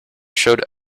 showed